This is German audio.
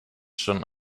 schon